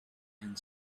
hand